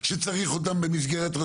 הוא פשוט התבלבל.